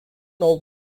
old